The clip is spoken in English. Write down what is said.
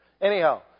Anyhow